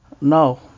Now